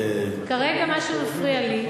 כרגע, מה שמפריע לי,